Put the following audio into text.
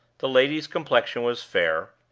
the lady's complexion was fair,